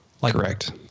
Correct